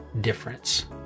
difference